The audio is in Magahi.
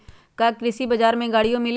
का कृषि बजार में गड़ियो मिलेला?